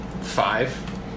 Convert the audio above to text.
Five